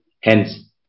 Hence